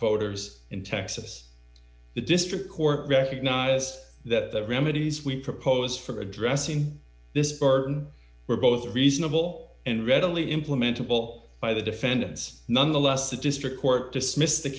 voters in texas the district court recognize that the remedies we propose for addressing this burden were both reasonable and readily implementable by the defendants nonetheless the district court dismissed the